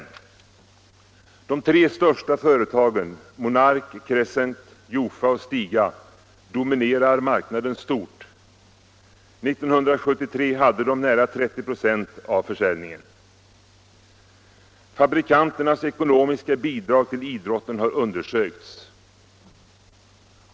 20 november 1975 De tre största företagen — Monark-Crescent, Jofa och Stiga - dominerar I marknaden kraftigt. 1973 hade dessa företag nära 30 96 av försäljningen. Om åtgärder mot Fabrikanternas ekonomiska bidrag till idrotten har undersökts.